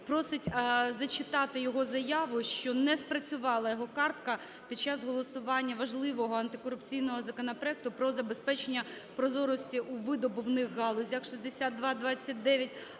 просить зачитати його заяву, що не спрацювала його картка під час голосування важливого антикорупційного законопроекту про забезпечення прозорості у видобувних галузях (6229),